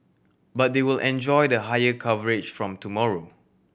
but they will enjoy the higher coverage from tomorrow